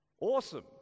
awesome